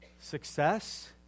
success